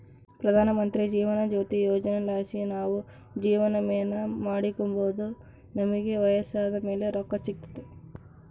ಪ್ರಧಾನಮಂತ್ರಿ ಜೀವನ ಜ್ಯೋತಿ ಯೋಜನೆಲಾಸಿ ನಾವು ಜೀವವಿಮೇನ ಮಾಡಿಕೆಂಬೋದು ನಮಿಗೆ ವಯಸ್ಸಾದ್ ಮೇಲೆ ರೊಕ್ಕ ಸಿಗ್ತತೆ